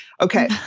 Okay